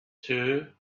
two